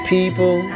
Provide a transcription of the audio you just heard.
People